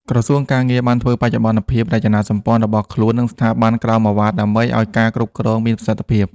ក្រសួងការងារ បានធ្វើបច្ចុប្បន្នភាពរចនាសម្ព័ន្ធរបស់ខ្លួន និងស្ថាប័នក្រោមឱវាទដើម្បីឱ្យការគ្រប់គ្រងមានប្រសិទ្ធភាព។